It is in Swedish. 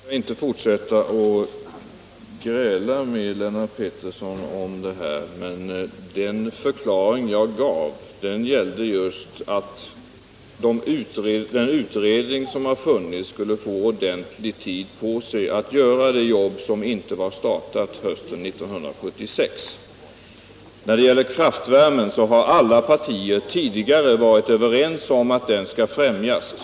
Herr talman! Jag skall inte fortsätta att gräla med Lennart Pettersson om detta — men den förklaring jag gav gällde just att den utredning som arbetat skulle få ordentlig tid på sig att göra det jobb som inte var påbörjat hösten 1976. Alla partier har tidigare varit överens om att kraftvärmen skall främjas.